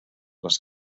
les